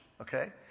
okay